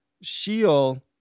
Sheol